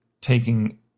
taking